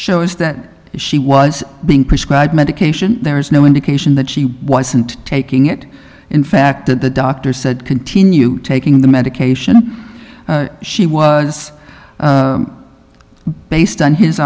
shows that she was being prescribed medication there is no indication that she wasn't taking it in fact that the doctor said continue taking the medication she was based on his